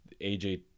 AJ